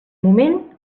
moment